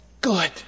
good